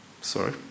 Sorry